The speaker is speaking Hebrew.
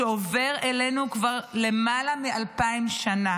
שעובר אלינו כבר למעלה מאלפיים שנה